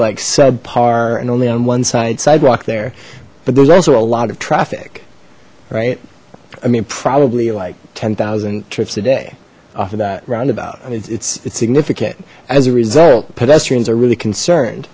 like subpar and only on one side sidewalk there but there's also a lot of traffic right i mean probably like ten thousand trips a day off of that roundabout it's it's significant as a result pedestrians are really concerned